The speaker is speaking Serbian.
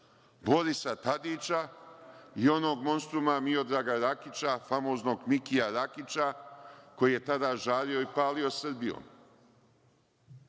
Borisa Tadića i onog monstruma Miodraga Rakića, famoznog Mikija Rakića, koji je tada žario i palio Srbijom,